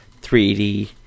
3D